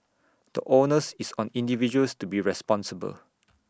the onus is on individuals to be responsible